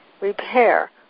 repair